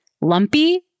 lumpy